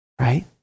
Right